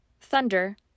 Thunder